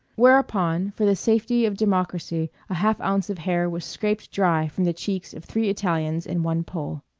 whereupon for the safety of democracy a half-ounce of hair was scraped dry from the cheeks of three italians and one pole.